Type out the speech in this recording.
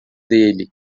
dele